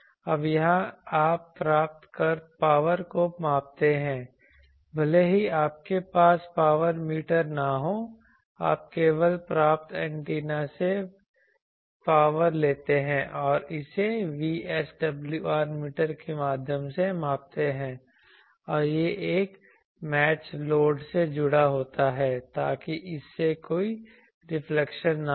अब यहां आप प्राप्त पावर को मापते हैं भले ही आपके पास पावर मीटर न हो आप केवल प्राप्त एंटीना से पावर लेते हैं और इसे VSWR मीटर के माध्यम से मापते हैं और यह एक मैच लोड से जुड़ा होता है ताकि इससे कोई रिफ्लेक्शन न हो